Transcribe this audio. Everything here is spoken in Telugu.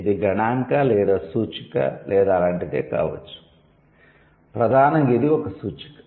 ఇది గణాంక లేదా సూచిక లేదా అలాంటిదే కావచ్చు ప్రధానంగా ఇది ఒక సూచిక